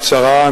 קצרה,